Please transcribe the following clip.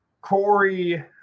Corey